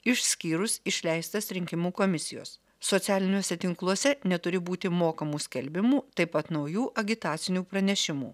išskyrus išleistas rinkimų komisijos socialiniuose tinkluose neturi būti mokamų skelbimų taip pat naujų agitacinių pranešimų